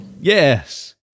Yes